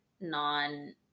non